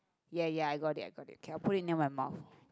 ya ya I got it I got it okay I put it near my mouth